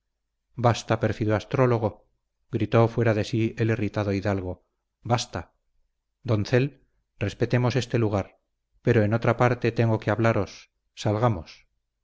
basta pérfido astrólogo gritó fuera de sí el irritado hidalgo basta doncel respetemos este lugar pero en otra parte tengo que hablaros salgamos